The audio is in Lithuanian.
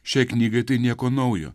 šiai knygai tai nieko naujo